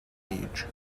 page